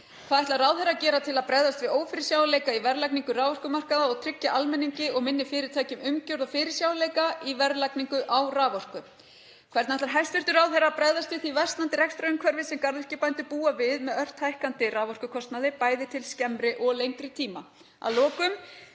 Hvað ætlar ráðherra að gera til að bregðast við ófyrirsjáanleika í verðlagningu raforkumarkaða og tryggja almenningi og minni fyrirtækjum umgjörð og fyrirsjáanleika í verðlagningu á raforku? Hvernig ætlar hæstv. ráðherra að bregðast við því versnandi rekstrarumhverfi sem garðyrkjubændur búa við með ört hækkandi raforkukostnaði, bæði til skemmri og lengri tíma? Að lokum: